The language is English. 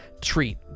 Treat